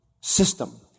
system